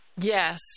Yes